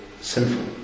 sinful